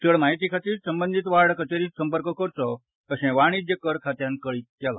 चड म्हायती खातीर संबंदीत वार्ड कचेरीत संपर्क करचो अशे वाणिज्य कर खात्यान कळीत केला